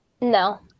No